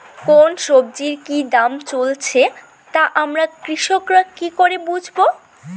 কোন সব্জির কি দাম চলছে তা আমরা কৃষক রা কি করে বুঝবো?